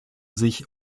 sich